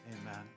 Amen